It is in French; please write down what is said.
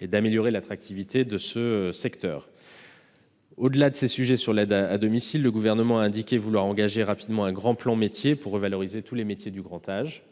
et d'améliorer l'attractivité du secteur. Au-delà de ces sujets sur l'aide à domicile, le Gouvernement a indiqué vouloir engager rapidement un grand plan Métiers pour revaloriser tous les métiers du grand âge.